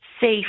safe